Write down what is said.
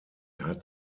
hat